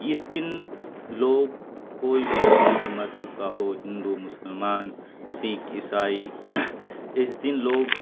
اس دن لوگ کوئی بھی کسی بھی مذہب کا ہو ہندو مسلمان سکھ عیسائی اس دن لوگ